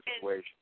situation